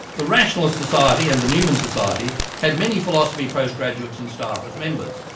the rationalist society and the newman society had many philosophy post graduates and staff as members.